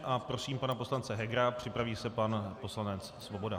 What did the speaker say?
A prosím pana poslance Hegera, připraví se pan poslanec Svoboda.